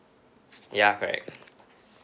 ya correct